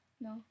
No